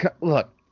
Look